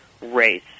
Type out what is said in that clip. race